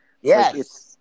yes